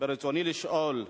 ברצוני לשאול: